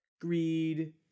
greed